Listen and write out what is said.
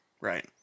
right